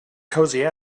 cozy